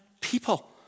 people